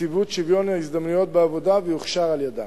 נציבות שוויון ההזדמנויות בעבודה, ויוכשר על-ידה.